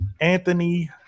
Anthony